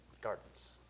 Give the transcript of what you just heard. gardens